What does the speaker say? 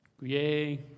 Yay